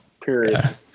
Period